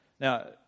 Now